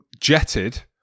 jetted